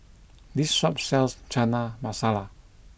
this shop sells Chana Masala